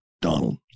Donald